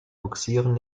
bugsieren